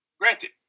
Granted